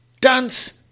dance